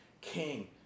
king